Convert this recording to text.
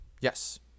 Yes